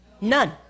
None